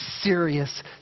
serious